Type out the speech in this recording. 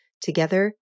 Together